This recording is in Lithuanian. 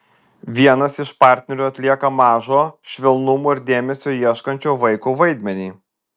vienas iš partnerių atlieka mažo švelnumo ir dėmesio ieškančio vaiko vaidmenį